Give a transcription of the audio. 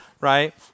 right